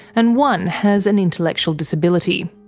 and one has an intellectual disability.